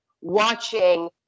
watching